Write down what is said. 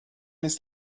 ist